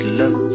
love